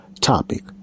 topic